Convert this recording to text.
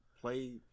play